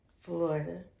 Florida